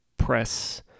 press